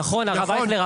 הרב אייכלר,